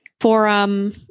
forum